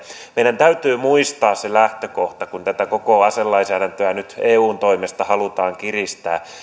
meidän täytyy muistaa se lähtökohta kun tätä koko aselainsäädäntöä nyt eun toimesta halutaan kiristää että